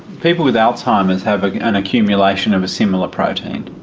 people with alzheimer's have an accumulation of a similar protein,